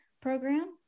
program